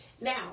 Now